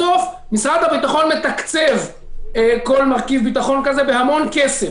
בסוף משרד הביטחון מתקצב כל מרכיב ביטחון כזה בהמון כסף.